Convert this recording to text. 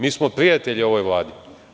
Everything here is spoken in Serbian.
Mi smo prijatelji ovoj Vladi.